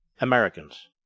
Americans